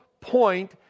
point